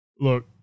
Look